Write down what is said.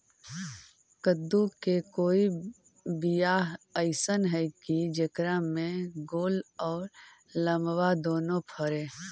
कददु के कोइ बियाह अइसन है कि जेकरा में गोल औ लमबा दोनो फरे?